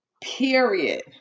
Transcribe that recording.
Period